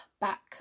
back